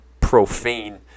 profane